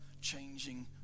changing